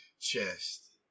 chest